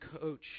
coach